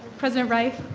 president reif